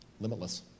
limitless